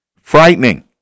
Frightening